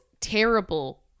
terrible